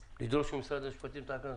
כשדבר אחד נגמר אני מתקדם.